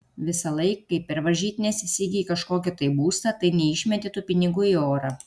visąlaik kai per varžytines įsigyji kažkokį tai būstą tai neišmeti tų pinigų į orą